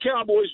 Cowboys